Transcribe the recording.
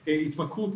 כהתמכרות,